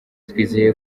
twizeye